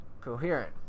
coherent